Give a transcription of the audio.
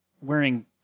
wearing